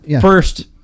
first